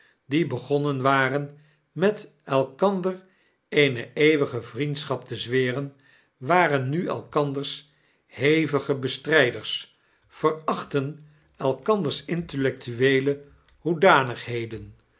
die begonnen waren met elkander eene eeuwige vriendschap te zweren waren nu elkanders hevige bestryders verachtten elkanders intellectueele hoedanigheden